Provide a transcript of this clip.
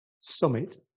summit